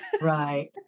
Right